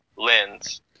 lens